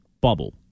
bubble